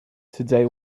today